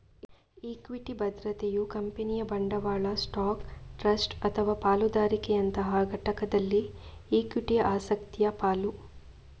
equity ಭದ್ರತೆಯು ಕಂಪನಿಯ ಬಂಡವಾಳ ಸ್ಟಾಕ್, ಟ್ರಸ್ಟ್ ಅಥವಾ ಪಾಲುದಾರಿಕೆಯಂತಹ ಘಟಕದಲ್ಲಿ ಇಕ್ವಿಟಿ ಆಸಕ್ತಿಯ ಪಾಲು